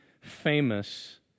famous